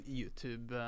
YouTube